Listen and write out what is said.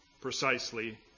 precisely